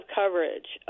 coverage